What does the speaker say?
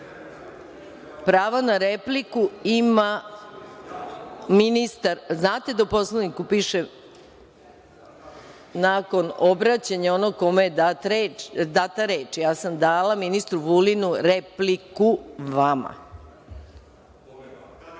grupe. Pravo ne repliku ima ministar. Znate, da u Poslovniku piše, nakon obraćanja onog kome je data reč. Ja sam dala ministru Vulinu repliku